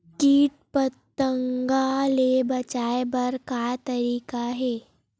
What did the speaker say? कीट पंतगा ले बचाय बर का तरीका हे?